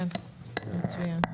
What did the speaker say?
מצוין.